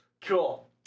Cool